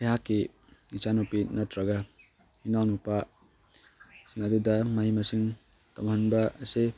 ꯑꯩꯍꯥꯛꯀꯤ ꯏꯆꯥꯅꯨꯄꯤ ꯃꯠꯇ꯭ꯔꯒ ꯏꯅꯥꯎꯅꯨꯄꯥꯁꯤꯡ ꯑꯗꯨꯗ ꯃꯍꯩ ꯃꯁꯤꯡ ꯇꯝꯍꯟꯕ ꯑꯁꯤ